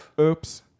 Oops